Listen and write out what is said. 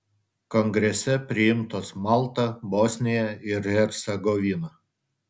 kongrese priimtos malta bosnija ir hercegovina